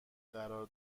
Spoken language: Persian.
قرار